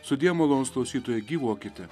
sudie malonūs klausytojai gyvuokite